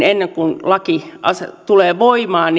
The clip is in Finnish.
ennen kuin laki tulee voimaan